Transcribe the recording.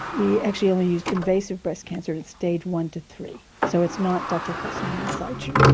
we actually only used invasive breast cancer in stage one to three, so it's not ductal carcinoma in situ,